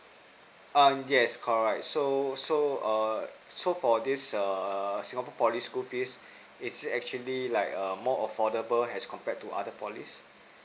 um yes correct so so err so for this err singapore poly school fees it's actually like a more affordable as compared to other polys